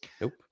Nope